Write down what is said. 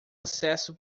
acesso